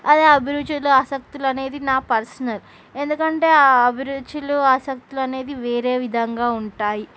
అవె అభిరుచులు ఆశక్తులు అనేవి నా పర్సనల్ ఎందుకంటే ఆ అభిరుచులు ఆశక్తులు అనేవి వేరే విధంగా ఉంటాయి